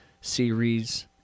series